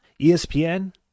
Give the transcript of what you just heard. ESPN